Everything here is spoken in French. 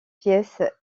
pièces